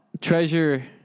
Treasure